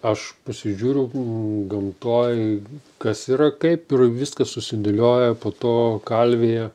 aš pasižiūriu gamtoj kas yra kaip ir viskas susidėlioja po to kalvėje